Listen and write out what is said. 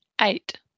Eight